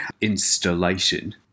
installation